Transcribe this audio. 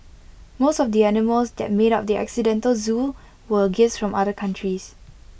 most of the animals that made up the accidental Zoo were gifts from other countries